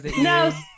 No